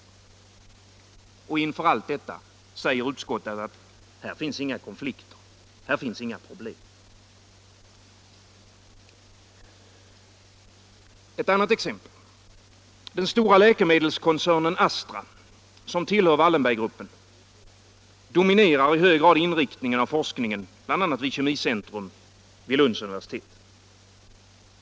Och inför allt detta säger utskottet: Här finns inga konflikter, här finns inga problem! Ett annat exempel: Den stora läkemedelskoncernen Astra — som tillhör Wallenberggruppen —- dominerar i hög grad inriktningen av forskningen bl.a. vid Kemicentrum vid Lunds universitet.